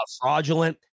fraudulent